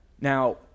Now